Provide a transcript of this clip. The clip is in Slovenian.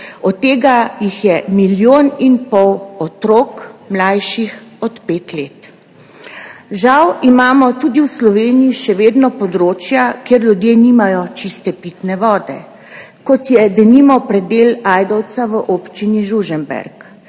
od tega je milijon in pol otrok, mlajših od pet let. Žal imamo tudi v Sloveniji še vedno področja, kjer ljudje nimajo čiste pitne vode, kot je denimo predel Ajdovec v občini Žužemberk.